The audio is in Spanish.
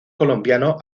colombiano